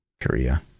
korea